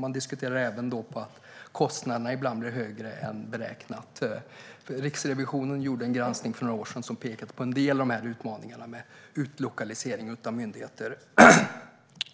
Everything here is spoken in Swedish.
Man diskuterar även att kostnaderna ibland blir högre än beräknat. Riksrevisionen gjorde en granskning för några år sedan som pekade på en del av utmaningarna med utlokalisering av myndigheter.